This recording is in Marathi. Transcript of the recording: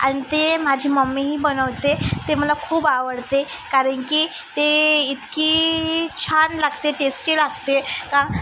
आणि ते माझी मम्मीही बनवते ते मला खूप आवडते कारण की ते इतकी छान लागते टेस्टी लागते का